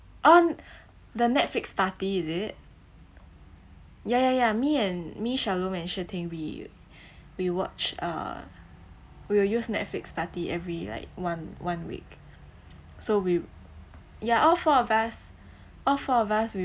on the netflix party is it ya ya ya me and me shalom and shi ting we we watch uh we will use netflix party every like one one week so we ya all four of us all four of us we